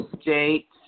State